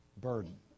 burden